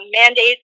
mandates